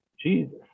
Jesus